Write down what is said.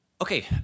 Okay